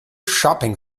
shopping